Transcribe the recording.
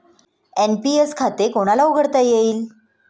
NPS खाते कोणाला उघडता येईल?